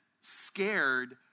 scared